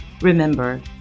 Remember